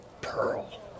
Pearl